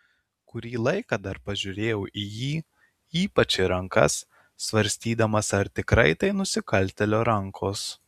kurį laiką dar pažiūrėjau į jį ypač į rankas svarstydamas ar tikrai tai nusikaltėlio rankos